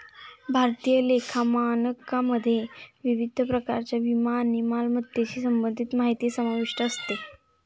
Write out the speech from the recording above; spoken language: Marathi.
भारतीय लेखा मानकमध्ये विविध प्रकारच्या विमा आणि मालमत्तेशी संबंधित माहिती समाविष्ट असते